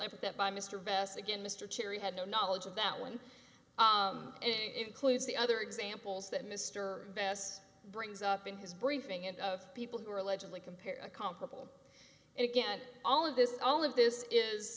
epithet by mr best again mr cherry had no knowledge of that one and includes the other examples that mr bass brings up in his briefing and of people who are allegedly compared comparable and again all of this all of this is